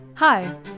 Hi